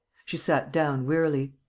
she sat down wearily.